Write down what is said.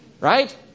right